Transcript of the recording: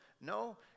no